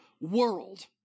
world